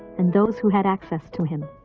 and those who had access to him.